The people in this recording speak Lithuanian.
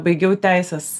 baigiau teisės